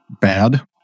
bad